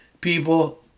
People